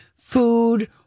food